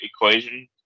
equation